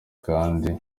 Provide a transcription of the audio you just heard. kandi